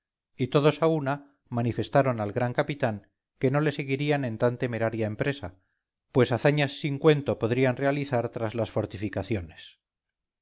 y todos a una manifestaron al gran capitán que no le seguirían en tan temeraria empresa pues hazañas sin cuento podrían realizar tras las fortificaciones